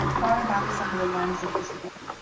and thought about this under the lens of disability.